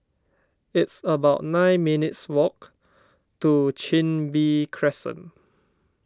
it's about nine minutes' walk to Chin Bee Crescent